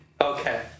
Okay